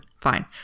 Fine